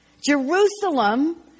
Jerusalem